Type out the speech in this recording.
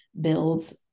builds